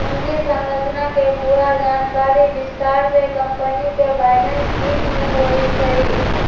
पूंजी संरचना के पूरा जानकारी विस्तार से कम्पनी के बैलेंस शीट में होई छई